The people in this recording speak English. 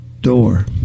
door